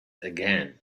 again